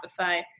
Shopify